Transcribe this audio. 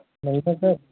नहीं तो सर